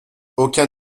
aucun